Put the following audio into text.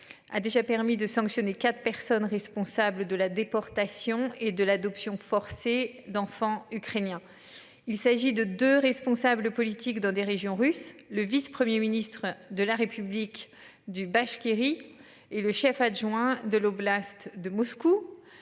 A déjà permis de sanctionner quatre personnes responsables de la déportation et de l'adoption forcée d'enfants ukrainiens. Il s'agit de de responsables politiques dans des régions russes, le vice-1er ministre de la République du Bachkirie et le chef adjoint de l'oblast de Moscou.